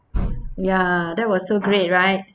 ya that was so great right